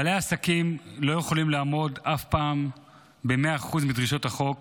בעלי עסקים לא יכולים לעמוד אף פעם ב-100% מדרישות החוק